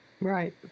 Right